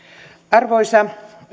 arvoisa